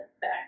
back